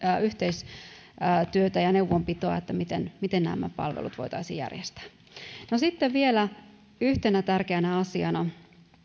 yhteistyötä ja neuvonpitoa miten miten nämä nämä palvelut voitaisiin järjestää sitten vielä yhtenä tärkeänä asiana